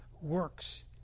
works